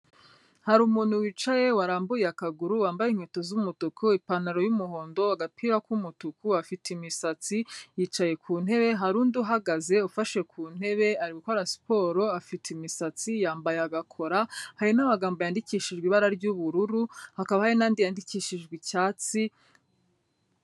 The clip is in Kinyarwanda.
Hari umuntu wicaye warambuye akaguru wambaye inkweto z'umutuku ipantaro y'umuhondo agapira k'umutuku afite imisatsi yicaye ku ntebe, hari undi uhagaze ufashe ku ntebe, ari gukora siporo afite imisatsi yambaye agakora, hari n'amagambo yandikishijwe ibara ry'ubururu hakaba n'andi yandikishijwe icyatsi,....